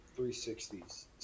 360s